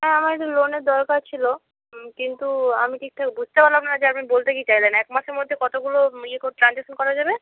হ্যাঁ আমার একটু লোনের দরকার ছিল কিন্তু আমি ঠিকঠাক বুঝতে পারলাম না যে আপনি বলতে কী চাইলেন এক মাসের মধ্যে কতগুলো ইয়ে ট্রানজ্যাকশন করা যাবে